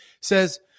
says